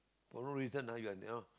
no for no reason ah you are you know